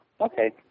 Okay